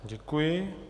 Děkuji.